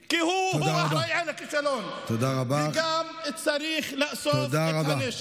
כי הוא אחראי על הכישלון, וגם צריך לאסוף את הנשק.